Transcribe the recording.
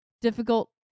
difficult